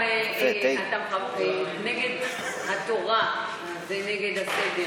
למה לא לתת גם למנסור עבאס ולכל המשפחה ולכל החבר'ה גם איזה חוק שבות?